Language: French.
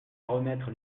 remettre